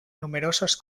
numerosos